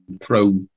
pro